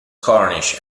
cornish